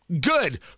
good